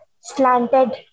slanted